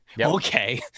okay